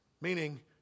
Meaning